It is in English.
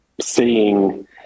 seeing